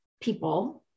people